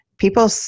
People